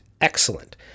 Excellent